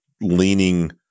leaning